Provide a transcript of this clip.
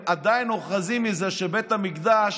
הם עדיין אוחזים בזה שבית המקדש